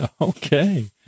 Okay